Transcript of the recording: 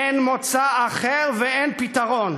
אין מוצא אחר ואין פתרון,